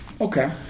Okay